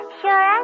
sure